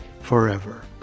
forever